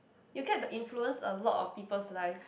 you get to influence a lot of people's life